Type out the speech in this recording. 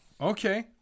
Okay